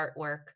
artwork